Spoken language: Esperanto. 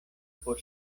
por